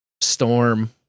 storm